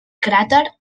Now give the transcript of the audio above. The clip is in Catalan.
cràter